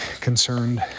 concerned